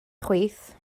chwith